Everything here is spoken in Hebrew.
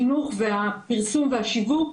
הפרסום והשיווק